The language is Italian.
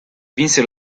vinse